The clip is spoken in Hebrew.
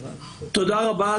תודה רבה,